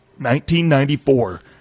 1994